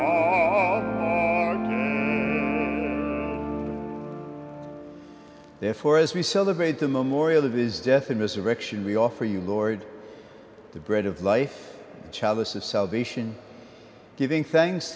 faith therefore as we celebrate the memorial of his death and resurrection we offer you lord the bread of life childless of salvation giving thanks